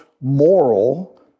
moral